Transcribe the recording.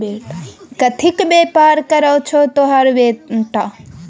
कथीक बेपार करय छौ तोहर बेटा?